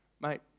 Mate